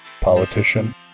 politician